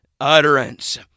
utterance